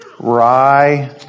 Rye